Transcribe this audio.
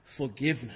Forgiveness